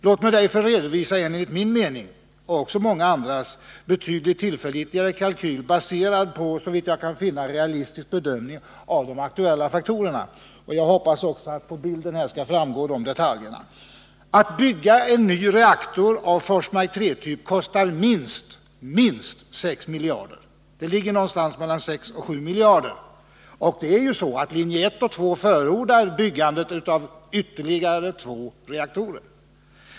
Låt mig därför redovisa en enligt min och många andras mening betydligt tillförlitligare kalkyl, baserad på, såvitt jag kan finna, en realistisk bedömning av de aktuella faktorerna. Jag hoppas att detaljerna skall framgå av vad som visas på TV-skärmen. Att bygga en ny reaktor av Forsmark 3-typ kostar mellan 6 och 7 miljarder kronor. I linje 1 och linje 2 förordas ju byggandet av ytterligare två reaktorer.